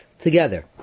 together